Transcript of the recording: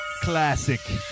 classic